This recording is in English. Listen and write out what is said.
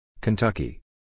Kentucky